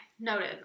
noted